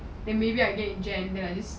then maybe I get genders